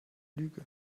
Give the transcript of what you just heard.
lüge